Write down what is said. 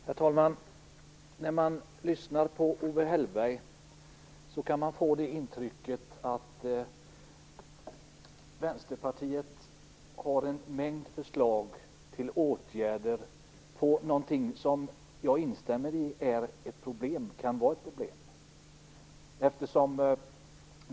Herr talman! När man lyssnar på Owe Hellberg kan man få intrycket att Vänsterpartiet har en mängd förslag till åtgärder för någonting som jag instämmer i kan vara ett problem.